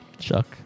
chuck